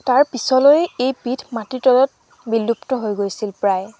তাৰ পিছলৈ এই পীঠ মাটিৰ তলত বিলুপ্ত হৈ গৈছিল প্ৰায়